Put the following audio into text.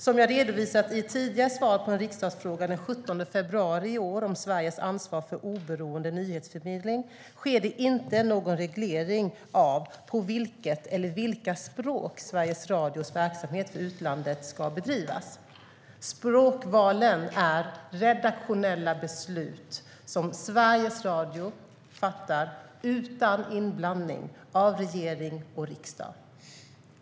Som jag redovisat i ett tidigare svar på en riksdagsfråga den 17 februari i år om Sveriges ansvar för oberoende nyhetsförmedling sker det inte någon reglering av på vilket eller vilka språk Sveriges Radios verksamhet för utlandet ska bedrivas. Språkvalen är redaktionella beslut som Sveriges Radio fattar utan inblandning av regering och riksdag.